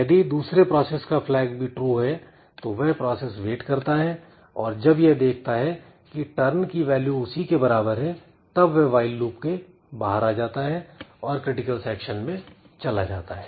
यदि दूसरे प्रोसेस का flag भी ट्रू है तो वह प्रोसेस वेट करता है और जब यह देखता है की टर्न की वैल्यू उसी के बराबर है तब वह व्हाईल लूप के बाहर आ जाता है और क्रिटिकल सेक्शन में चला जाता है